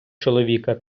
чоловіка